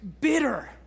bitter